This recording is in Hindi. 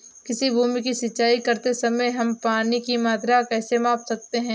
किसी भूमि की सिंचाई करते समय हम पानी की मात्रा कैसे माप सकते हैं?